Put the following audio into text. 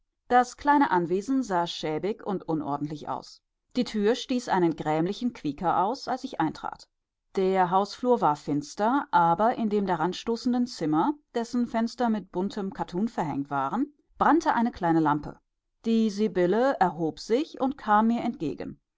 das kleine anwesen sah schäbig und unordentlich aus die tür stieß einen grämlichen quieker aus als ich eintrat der hausflur war finster aber in dem daranstoßenden zimmer dessen fenster mit buntem kattun verhängt waren brannte eine kleine lampe die sibylle erhob sich und kam mir entgegen